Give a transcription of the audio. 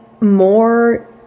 more